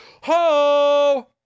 ho